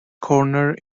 corner